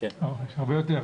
יש עם הרבה יותר.